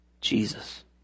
Jesus